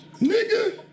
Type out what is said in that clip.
Nigga